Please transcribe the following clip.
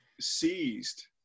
seized